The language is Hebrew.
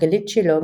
מרגלית שילה,